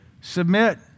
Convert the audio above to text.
Submit